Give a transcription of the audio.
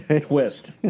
twist